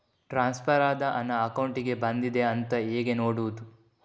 Transfer ಆದ ಹಣ ಅಕೌಂಟಿಗೆ ಬಂದಿದೆ ಅಂತ ಹೇಗೆ ನೋಡುವುದು?